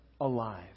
alive